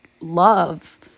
love